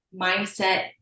mindset